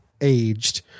aged